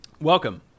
Welcome